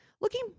Looking